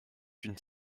une